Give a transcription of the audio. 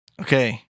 Okay